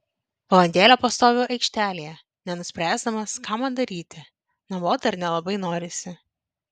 valandėlę pastoviu aikštelėje nenuspręsdamas ką man daryti namo dar nelabai norisi